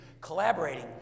collaborating